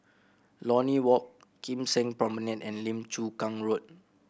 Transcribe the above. Lornie Walk Kim Seng Promenade and Lim Chu Kang Road